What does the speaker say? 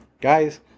Guys